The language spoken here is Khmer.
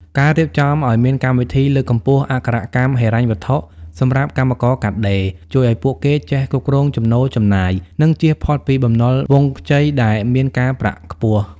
ការរៀបចំឱ្យមានកម្មវិធីលើកកម្ពស់អក្ខរកម្មហិរញ្ញវត្ថុសម្រាប់កម្មករកាត់ដេរ ជួយឱ្យពួកគេចេះគ្រប់គ្រងចំណូលចំណាយ និងជៀសផុតពីបំណុលវង់ខ្ចីដែលមានការប្រាក់ខ្ពស់។